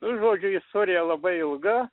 nu žodžiu istorija labai ilga